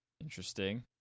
interesting